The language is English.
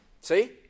See